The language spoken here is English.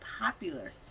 popular